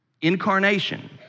incarnation